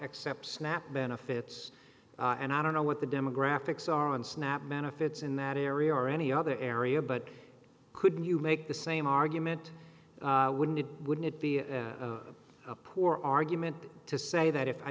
accept snap benefits and i don't know what the demographics are on snap benefits in that area or any other area but couldn't you make the same argument wouldn't it wouldn't it be a poor argument to say that if i